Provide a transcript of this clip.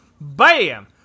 bam